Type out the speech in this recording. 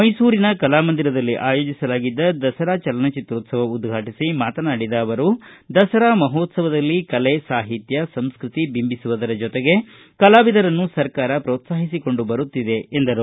ಮೈಸೂರಿನ ಕಲಾಮಂದಿರದಲ್ಲಿ ಆಯೋಜಿಸಲಾಗಿದ್ದ ದಸರಾ ಚಲನಚಿತ್ರೋತ್ಸವ ಉದ್ರಾಟಿಸಿ ಮಾತನಾಡಿದ ಅವರು ದಸರಾ ಮಹೋತ್ಸವದಲ್ಲಿ ಕಲೆ ಸಾಹಿತ್ಯ ಸಂಸ್ಕೃತಿ ಬಿಂಬಿಸುವುದರ ಜೊತೆಗೆ ಕಲಾವಿದರನ್ನು ಸರ್ಕಾರ ಪೋತ್ಸಾಹಿಸಿಕೊಂಡು ಬರುತ್ತಿದೆ ಎಂದರು